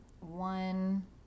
One